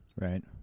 Right